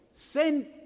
Sent